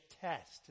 test